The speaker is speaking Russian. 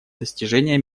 достижения